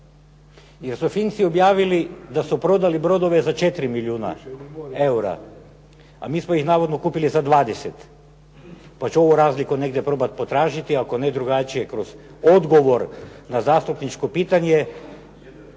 Jer su Finci objavili da su prodali brodove za 4 milijuna eura, a mi smo ih navodno kupili za 20. Pa ću ovu razliku negdje probat potražiti ako ne drugačije kroz odgovor na zastupničko pitanje.